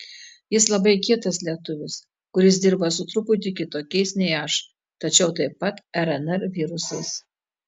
jis labai kietas lietuvis kuris dirba su truputį kitokiais nei aš tačiau taip pat rnr virusais